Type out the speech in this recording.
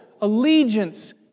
allegiance